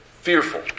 fearful